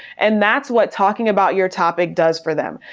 and that's what talking about your topic does for them.